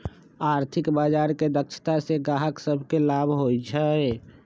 आर्थिक बजार के दक्षता से गाहक सभके लाभ होइ छइ